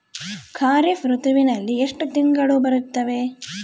ಖಾರೇಫ್ ಋತುವಿನಲ್ಲಿ ಎಷ್ಟು ತಿಂಗಳು ಬರುತ್ತವೆ?